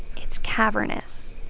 it's cavernous,